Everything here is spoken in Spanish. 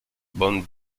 bone